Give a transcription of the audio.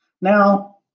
Now